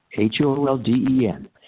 H-O-L-D-E-N